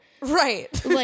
right